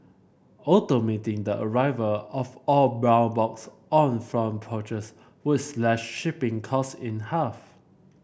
automating the arrival of all brown box on front porches would slash shipping cost in half